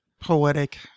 poetic